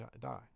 die